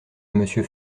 monsieur